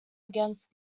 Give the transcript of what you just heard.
against